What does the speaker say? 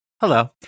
hello